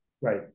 Right